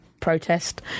protest